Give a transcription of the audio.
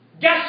Guess